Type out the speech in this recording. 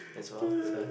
is well size